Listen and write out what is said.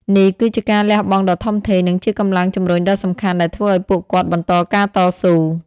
នេះគឺជាការលះបង់ដ៏ធំធេង និងជាកម្លាំងជំរុញដ៏សំខាន់ដែលធ្វើឱ្យពួកគាត់បន្តការតស៊ូ។